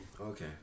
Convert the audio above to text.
Okay